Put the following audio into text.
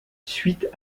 suite